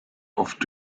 oft